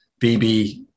BB